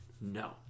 No